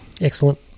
Excellent